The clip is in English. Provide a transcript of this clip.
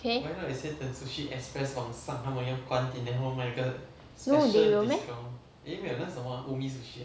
okay no they will meh